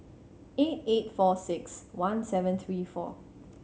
eight eight four six one seven three four